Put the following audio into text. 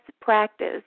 practice